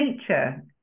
nature